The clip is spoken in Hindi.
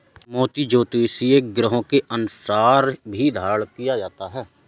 मोती ज्योतिषीय ग्रहों के अनुसार भी धारण किया जाता है